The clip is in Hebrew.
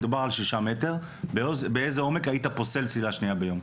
מדובר על שישה מטר היית פוסל צלילה שניה ביום?